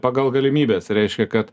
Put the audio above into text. pagal galimybes reiškia kad